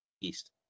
East